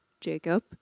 Jacob